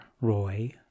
Roy